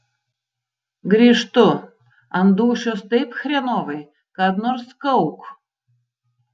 grįžtu ant dūšios taip chrenovai kad nors kauk